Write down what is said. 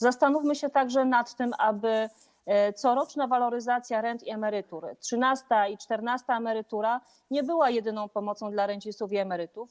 Zastanówmy się także nad tym, by coroczna waloryzacja rent i emerytur, trzynasta i czternasta emerytura nie były jedyną pomocą dla rencistów i emerytów.